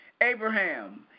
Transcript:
Abraham